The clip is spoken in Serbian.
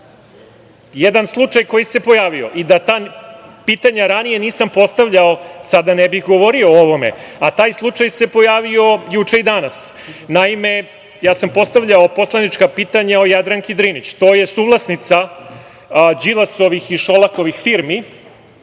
slučaj koji se pojavio i da ta pitanja ranije nisam postavljao, sada ne bih govorio o ovome, a taj slučaj se pojavio juče i danas. Naime, ja sam postavljao poslanička pitanja o Jadranki Drinić, to je suvlasnica Đilasovih i Šolakovih firmi,